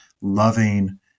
loving